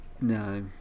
no